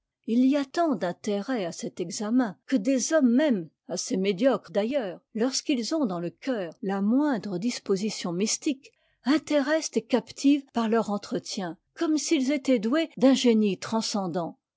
il y a tant d'intérêt à cet examen que des hommes même assez médiocres d'ailleurs t lorsqu'ils ont dans le cœur la moindre disposition mystique intéressent et captivent par leur entretien comme s'ils étaient doués d'un génie transcendant